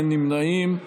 אין נמנעים,